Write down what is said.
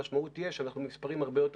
המשמעות תהיה שאנחנו במספרים הרבה יותר